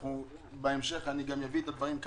בהמשך גם אביא את הדברים,